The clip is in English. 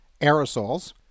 Aerosols